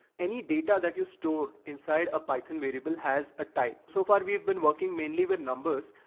any data that you store inside a python variable has a type. so far we've been working mainly with numbers,